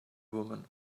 woman